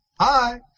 Hi